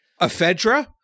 Ephedra